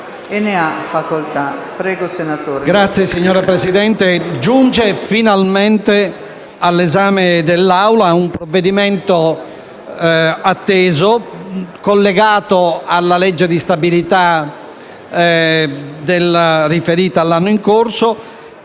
Signora Presidente, giunge finalmente all'esame dell'Assemblea un provvedimento atteso, collegato al disegno di legge di stabilità riferita all'anno in corso